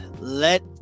Let